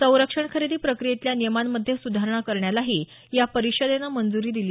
संरक्षण खरेदी प्रक्रियेतल्या नियमांमध्ये स्धारणा करण्यालाही या परिषदेनं मंज्री दिली